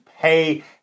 pay